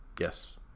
yes